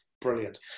brilliant